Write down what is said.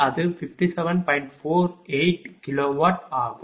48 kilowatt ஆகும்